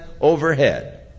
overhead